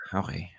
okay